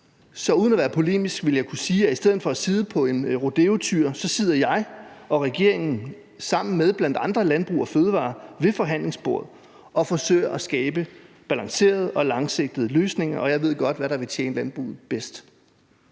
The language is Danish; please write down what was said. Så uden at være polemisk vil jeg kunne sige, at i stedet for at sidde på en rodeotyr sidder jeg og regeringen sammen med bl.a. Landbrug & Fødevarer ved forhandlingsbordet og forsøger at skabe afbalancerede og langsigtede løsninger, og jeg ved godt, hvad der vil tjene landbruget bedst.